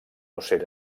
ocell